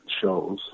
shows